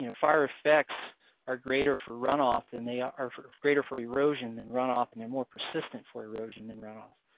you know fire effects are greater for runoff than they are, or sort of greater for erosion than runoff and they're more persistent for erosion than runoff.